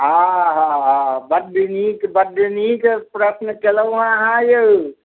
हॅं हॅं बड नीक बड नीक प्रश्न केलहुॅ हँ अहाँ यौ